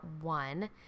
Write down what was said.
one